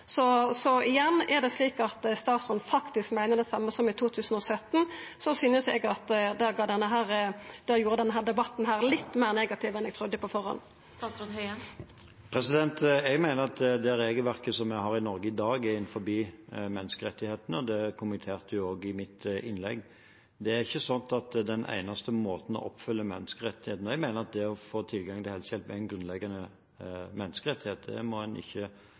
Så igjen: Er det slik at statsråden faktisk meiner det same som i 2017? Det gjorde denne debatten litt meir negativ enn eg trudde på førehand. Jeg mener at det regelverket vi har i Norge i dag, er innenfor menneskerettighetene, og det kommenterte jeg også i mitt innlegg. Det er ikke sånn at det er den eneste måten å oppfylle menneskerettighetene. Jeg mener at det å få tilgang til helsehjelp er en grunnleggende menneskerettighet, det må det ikke